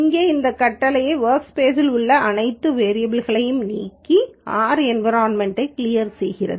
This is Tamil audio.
இங்கே இந்த கட்டளை வொர்க்ஸ்பேஸ்ல் உள்ள அனைத்து வேரியபல் களையும் நீக்கி R என்விரான்மென்ட் கிளியர் செய்கிறது